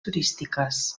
turístiques